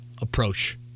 approach